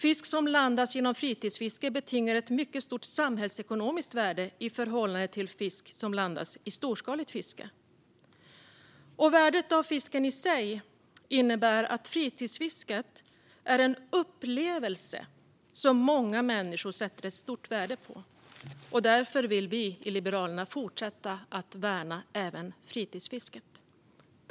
Fisk som landas genom fritidsfiske betingar ett mycket stort samhällsekonomiskt värde i förhållande till fisk som landas i storskaligt fiske. I tillägg till värdet av fisken innebär fritidsfisket en upplevelse som många människor sätter ett stort värde på. Därför vill vi i Liberalerna fortsätta att värna även fritidsfisket.